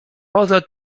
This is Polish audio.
poza